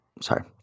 sorry